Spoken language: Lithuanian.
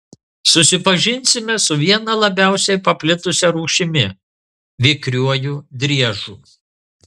susipažinsime su viena labiausiai paplitusia rūšimi vikriuoju driežu